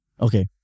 Okay